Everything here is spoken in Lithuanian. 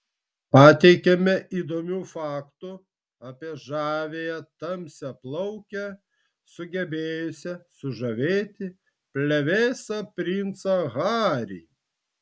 pateikiame įdomių faktų apie žaviąją tamsiaplaukę sugebėjusią sužavėti plevėsą princą harry